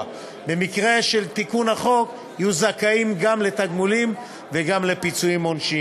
ובמקרה של תיקון החוק יהיו זכאים גם לתגמולים וגם לפיצויים עונשיים.